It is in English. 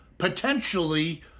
potentially